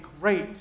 great